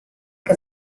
que